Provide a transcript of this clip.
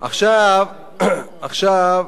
אז במקום שילכו לעבוד עכשיו ילכו לכלא.